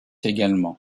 également